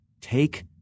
take